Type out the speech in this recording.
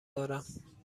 دارم